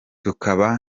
tukaba